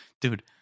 Dude